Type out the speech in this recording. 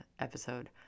episode